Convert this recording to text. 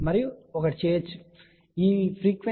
మరియు ఒకటి చెయ్యవచ్చు ఈ పౌనపున్యం అంటే 0